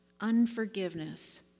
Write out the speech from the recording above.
unforgiveness